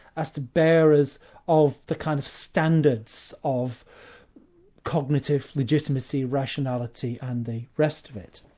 as the bearers of the kind of standards of cognitive legitimacy, rationality and the rest of it.